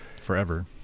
forever